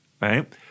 right